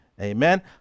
Amen